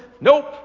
Nope